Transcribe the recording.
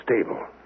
stable